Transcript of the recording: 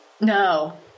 No